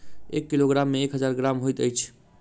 एक किलोग्राम मे एक हजार ग्राम होइत अछि